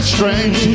strange